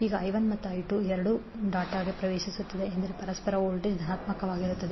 ಈಗ i1ಮತ್ತು i2 ಎರಡೂ ಡಾಟ್ಗೆ ಪ್ರವೇಶಿಸುತ್ತಿವೆ ಎಂದರೆ ಪರಸ್ಪರ ವೋಲ್ಟೇಜ್ ಧನಾತ್ಮಕವಾಗಿರುತ್ತದೆ